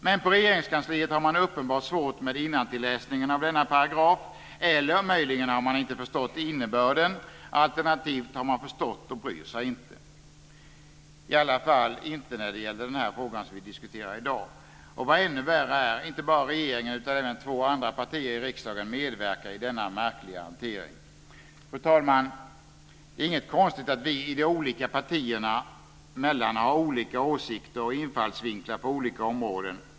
Men på Regeringskansliet har man uppenbart svårt med innantilläsningen av denna paragraf, eller möjligen har man inte förstått innebörden, alternativt har man förstått och bryr sig inte, i alla fall inte när det gäller den fråga vi diskuterar i dag. Vad ännu värre är, inte bara regeringen utan även två andra partier i riksdagen medverkar i denna märkliga hantering. Fru talman! Det är inget konstigt att vi de olika partierna emellan har olika åsikter och infallsvinklar på olika områden.